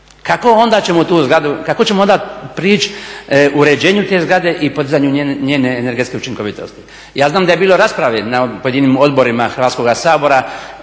Kako ćemo onda prići uređenju te zgrade i podizanju njene energetske učinkovitosti. Ja znam da je bilo rasprave na pojedinim odborima Hrvatskoga sabora